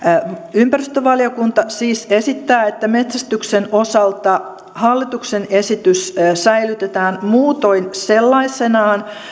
ympäristövaliokunta siis esittää että metsästyksen osalta hallituksen esitys säilytetään muutoin sellaisenaan